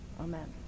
Amen